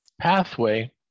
pathway